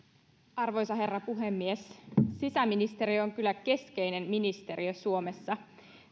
arvoisa herra puhemies sisäministeriö on kyllä keskeinen ministeriö suomessa